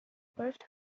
first